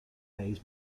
hays